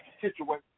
situation